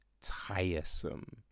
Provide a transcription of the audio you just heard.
tiresome